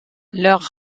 leur